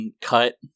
cut